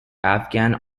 afghan